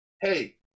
hey